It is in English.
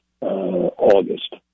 August